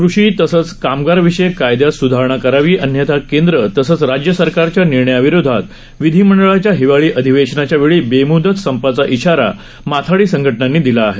कृषी तसंच कामगार विषयक कायदयात सुधारणा करावी अन्यथा केंद्र तसंच राज्य सरकारच्या निर्णयाविरोधात विधिमंडळाच्या हिवाळी अधिवेशाच्या वेळी बेमुदत संपाचा इशारा माथाडी संघटनांनी दिला आहे